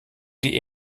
die